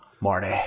Marty